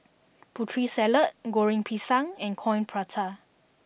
Putri Salad Goreng Pisang and Coin Prata